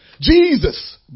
Jesus